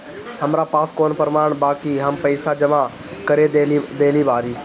हमरा पास कौन प्रमाण बा कि हम पईसा जमा कर देली बारी?